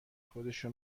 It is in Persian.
خودشو